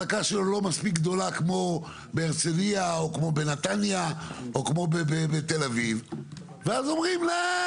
לכן בהקשר הזה כשאנחנו מקבלים את הפנייה ממינהל התכנון להסמיך